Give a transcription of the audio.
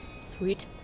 Sweet